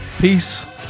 Peace